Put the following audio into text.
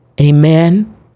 Amen